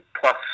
plus